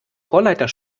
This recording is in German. chorleiter